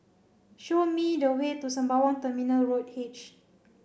show me the way to Sembawang Terminal Road H